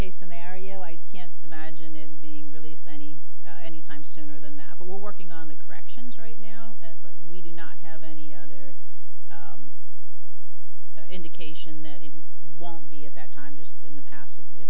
case scenario i can't imagine him being released any any time sooner than that but we're working on the corrections right now we do not have any other indication that it won't be at that time just in the past and it